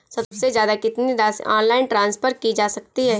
सबसे ज़्यादा कितनी राशि ऑनलाइन ट्रांसफर की जा सकती है?